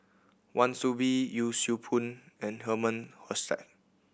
Wan Soon Bee Yee Siew Pun and Herman Hochstadt